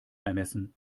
ermessen